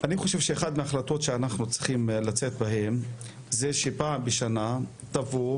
אני חושב שאחת מההחלטות שאנחנו צריכים לצאת אתן זה שפעם בשנה תבוא